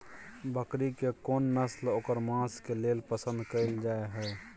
बकरी के कोन नस्ल ओकर मांस के लेल पसंद कैल जाय हय?